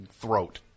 throat